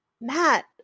Matt